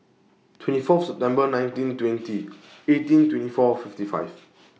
twenty Fourth September nineteen twenty eighteen twenty four fifty five